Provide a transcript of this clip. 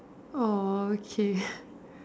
orh okay